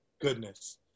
Goodness